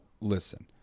listen